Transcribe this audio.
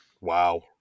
wow